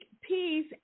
peace